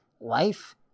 life